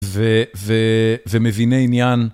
ו... ו... ומביני עניין